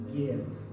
give